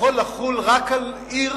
יכול לחול רק על עיר